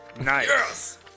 Nice